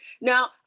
now